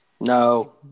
No